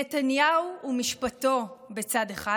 נתניהו ומשפטו בצד אחד,